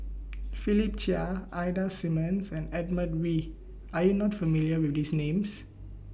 Philip Chia Ida Simmons and Edmund Wee Are YOU not familiar with These Names